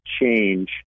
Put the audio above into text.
change